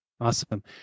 Awesome